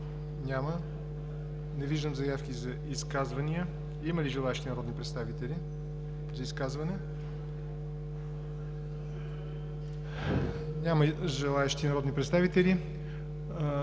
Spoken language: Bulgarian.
Няма. Не виждам заявки за изказвания. Има ли желаещи народни представители за изказване? Няма. Подсказват ми